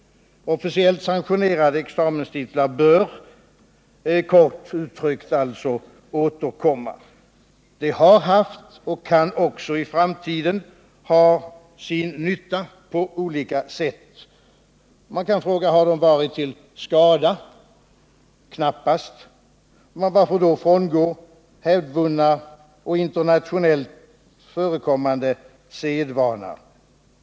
Officiellt sanktionerade examenstitlar bör, kort uttryckt alltså, återkomma. De har haft och kan också i framtiden ha sin nytta på olika sätt. Man kan fråga: Har de varit till skada? Knappast. Men varför då frångå hävdvunnen och internationellt förekommande sedvana?